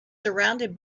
surrounded